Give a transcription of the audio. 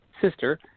sister